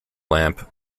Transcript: lamp